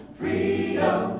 freedom